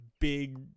big